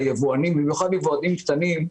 ליבואנים, במיוחד ליבואנים הקטנים.